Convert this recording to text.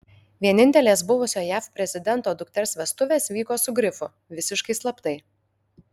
vienintelės buvusio jav prezidento dukters vestuvės vyko su grifu visiškai slaptai